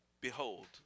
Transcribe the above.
Behold